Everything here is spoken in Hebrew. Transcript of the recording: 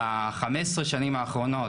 ב- 15 שנים האחרונות,